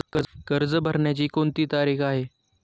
कर्ज भरण्याची कोणती तारीख आहे?